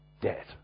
dead